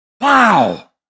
Wow